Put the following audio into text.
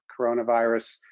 coronavirus